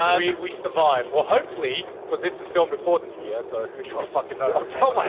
i mean we survived. well, hopefully, cause this is filmed before the new year, so who fucking knows.